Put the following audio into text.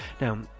Now